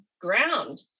ground